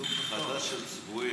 סוג חדש של צבועים.